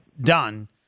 done